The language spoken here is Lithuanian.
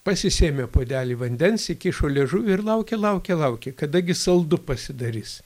pasisėmė puodelį vandens įkišo liežuvį ir laukė laukė laukė kada gi saldu pasidarys